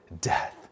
death